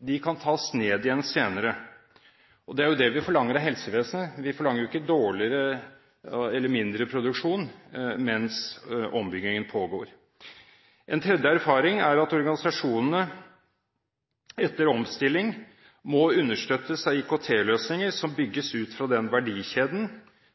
De kan tas ned igjen senere. Det er jo det vi forlanger av helsevesenet. Vi forlanger ikke mindre produksjon mens ombyggingen pågår. En tredje erfaring er at organisasjonene etter omstilling må understøttes av IKT-løsninger som bygges ut fra den verdikjeden